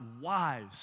wise